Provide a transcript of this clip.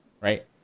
right